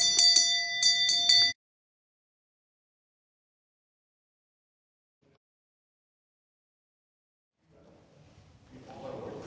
Hvad er det,